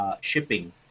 shipping